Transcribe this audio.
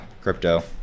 crypto